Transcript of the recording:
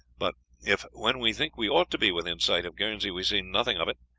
but if when we think we ought to be within sight of guernsey we see nothing of it,